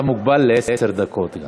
גם אתה מוגבל לעשר דקות.